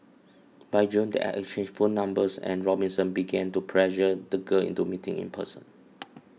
by June they had exchanged phone numbers and Robinson began to pressure the girl into meeting in person